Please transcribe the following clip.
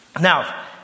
Now